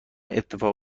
اتفاق